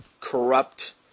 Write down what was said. corrupt